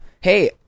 Hey